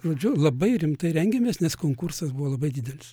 žodžiu labai rimtai rengėmės nes konkursas buvolabai didelis